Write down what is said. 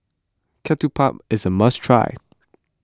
Ketupat is a must try